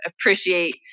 appreciate